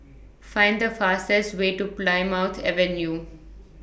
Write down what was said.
Find The fastest Way to Plymouth Avenue